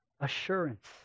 assurance